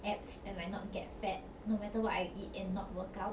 abs and like not get fat no matter what I eat and not work out